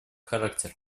характер